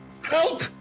help